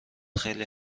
خیلی